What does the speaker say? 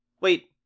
wait